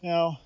Now